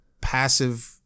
passive